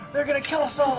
they're going to kill us all!